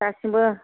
दासिमबो